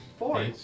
Four